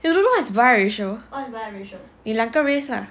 you don't know what is biracial 你两个 race lah